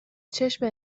چشم